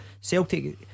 Celtic